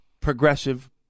progressive